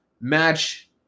Match